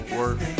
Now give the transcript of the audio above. work